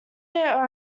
their